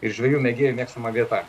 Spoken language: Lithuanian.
ir žvejų mėgėjų mėgstama vieta